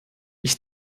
ich